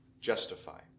justify